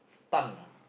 stunned